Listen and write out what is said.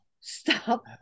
Stop